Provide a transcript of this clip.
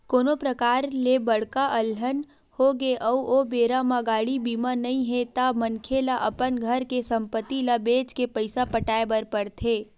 कोनो परकार ले बड़का अलहन होगे अउ ओ बेरा म गाड़ी बीमा नइ हे ता मनखे ल अपन घर के संपत्ति ल बेंच के पइसा पटाय बर पड़थे